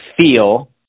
feel